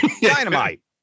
Dynamite